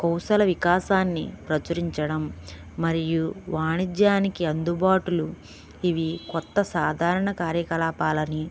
కోసల వికాసాన్ని ప్రచురించడం మరియు వాణిజ్యానికి అందుబాటులు ఇవి కొత్త సాధారణ కార్యకలాపాలని